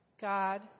God